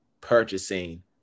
purchasing